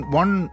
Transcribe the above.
one